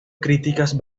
críticas